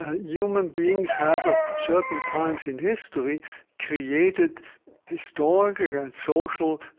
ah human beings have at certain times in history created historical and social